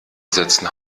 setzen